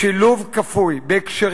שילוב הוא גישה כלפי אלה שהם שונים,